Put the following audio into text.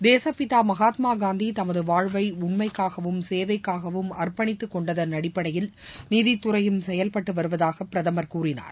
தேசப்பிதா மகாத்மா காந்தி தமது வாழ்வை உண்மைக்காகவும் சேவைக்காகவும் அர்ப்பணித்தக் கொண்டதன் அடிப்படையில் நீதித்துறையும் செயல்பட்டு வருவதாக பிரதமர் கூறினார்